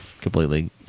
completely